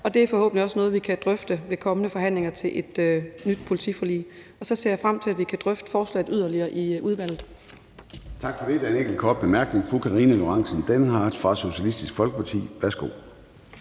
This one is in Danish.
og det er forhåbentlig også noget, vi kan drøfte ved kommende forhandlinger om et nyt politiforlig. Og så ser jeg frem til, at vi kan drøfte forslaget yderligere i udvalget.